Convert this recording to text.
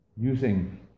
using